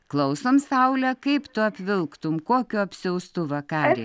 klausom saule kaip tu apsivilktum kokiu apsiaustu vakarį